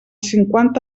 cinquanta